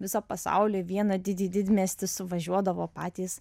viso pasaulio į vieną didį didmiestį suvažiuodavo patys